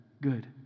good